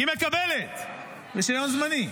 היא מקבלת רישיון זמני,